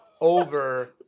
over